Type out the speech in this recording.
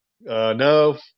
no